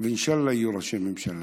ואינשאללה יהיו ראשי ממשלה,